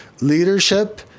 leadership